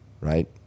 right